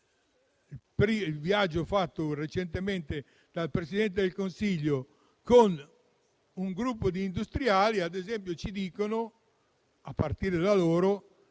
del viaggio fatto recentemente dal Presidente del Consiglio con un gruppo di industriali, ad esempio, ci viene detto